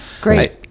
great